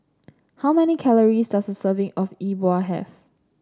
how many calories does a serving of Yi Bua have